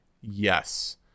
Yes